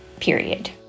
Period